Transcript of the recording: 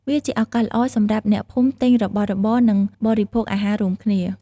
វាជាឱកាសល្អសម្រាប់អ្នកភូមិទិញរបស់របរ និងបរិភោគអាហាររួមគ្នា។